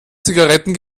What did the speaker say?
zigaretten